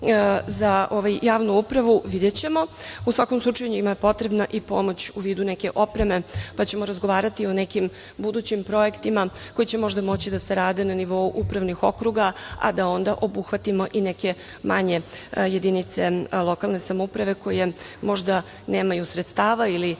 za javnu upravu, videćemo, u svakom slučaju njima je potrebna pomoć u vidu neke opreme, pa ćemo razgovarati o nekim budućim projektima koji će možda moći da se rade na nivou upravnih okruga, a da onda obuhvatimo i neke manje jedinice lokalne samouprave koje možda nemaju sredstava ili